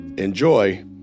enjoy